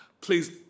please